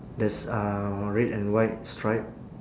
there's uh red and white stripe